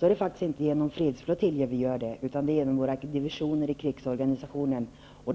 Men det är inte med fredsflottiljer vi gör det, utan med våra divisioner i krigsorganisationen.